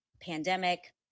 pandemic